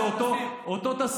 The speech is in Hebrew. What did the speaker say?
זה אותו תסמין,